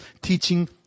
teaching